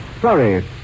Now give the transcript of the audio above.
Sorry